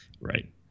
right